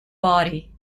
body